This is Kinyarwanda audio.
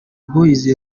boys